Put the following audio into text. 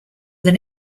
than